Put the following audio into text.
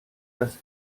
dass